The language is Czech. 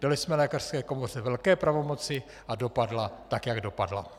Dali jsme lékařské komoře velké pravomoci a dopadla tak, jak dopadla.